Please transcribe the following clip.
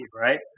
right